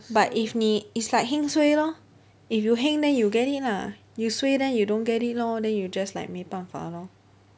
but if 你 it's like heng suay lor if you heng then you get it lah you suay then you don't get it lor then you just like 没办法 lor